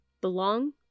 belong